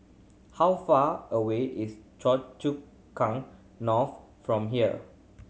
how far away is Choa Chu Kang North from here